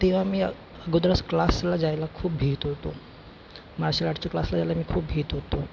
तेव्हा मी अगोदरच क्लासला जायला खूप भीत होतो मार्शल आर्टच्या क्लासला जायला मी खूप भीत होतो